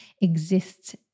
exists